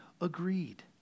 Agreed